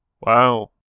Wow